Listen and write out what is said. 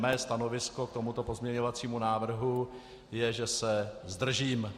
Mé stanovisko k tomuto pozměňovacímu návrhu je, že se zdržím.